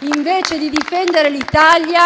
Invece di difendere l'Italia,